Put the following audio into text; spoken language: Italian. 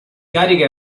cariche